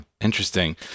interesting